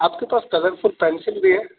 آپ کے پاس کلرفل پینسل بھی ہے